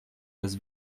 das